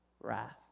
wrath